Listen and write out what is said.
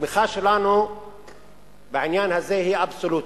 התמיכה שלנו בעניין הזה היא אבסולוטית.